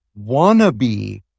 wannabe